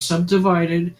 subdivided